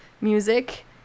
music